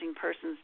Persons